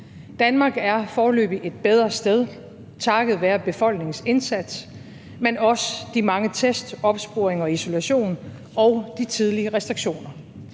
Danmark er foreløbig et bedre sted takket være befolkningens indsats, men også takket være de mange test, opsporinger og isolation og de tidlige restriktioner.